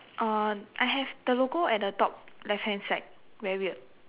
uh I have the logo at the top left hand side very weird